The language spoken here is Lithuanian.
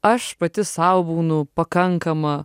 aš pati sau būnu pakankama